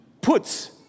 puts